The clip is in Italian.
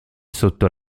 sotto